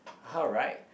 all right